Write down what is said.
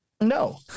no